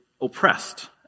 oppressed